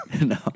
No